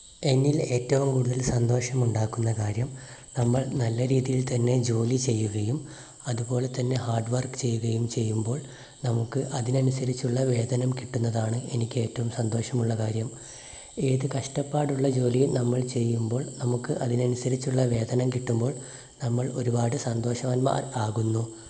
എന്നിൽ ഏറ്റവും കൂടുതല് സന്തോഷമുണ്ടാക്കുന്ന കാര്യം നമ്മൾ നല്ല രീതിയിൽത്തന്നെ ജോലി ചെയ്യുകയും അതുപോലെ തന്നെ ഹാഡ്വർക്ക് ചെയ്യുകയും ചെയ്യുമ്പോൾ നമുക്ക് അതിനനുസരിച്ചുള്ള വേതനം കിട്ടുന്നതാണ് എനിക്കേറ്റവും സന്തോഷമുള്ള കാര്യം ഏത് കഷ്ടപ്പാടുള്ള ജോലിയും നമ്മൾ ചെയ്യുമ്പോൾ നമുക്ക് അതിനനുസരിച്ചുള്ള വേതനം കിട്ടുമ്പോൾ നമ്മൾ ഒരുപാട് സന്തോഷവാന്മാരാകുന്നു